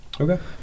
Okay